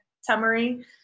summary